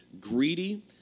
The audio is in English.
greedy